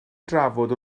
drafod